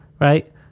right